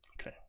Okay